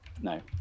No